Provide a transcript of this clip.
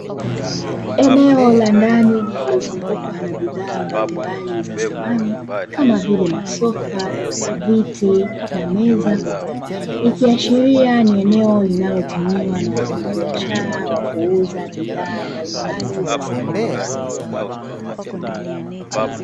Eneo la ndani lililozungukwa na bidhaa mbalimbali za samani kama vile; masofa, viti na meza, ikiashiria ni eneo linalotumiwa na wafanyabiashara wa kuuza bidhaa mbalimbali za samani.